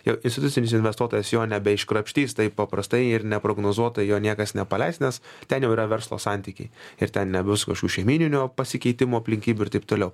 jo institucinis investuotojas jo nebeiškrapštys taip paprastai ir neprognozuotai jo niekas nepaleis nes ten jau yra verslo santykiai ir ten nebus kokių šeimyninių pasikeitimų aplinkybių ir taip toliau